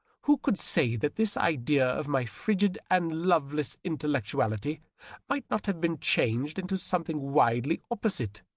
who could say that this idea of my frigid and loveleas intellectu ality might not have been changed into something widely opposite,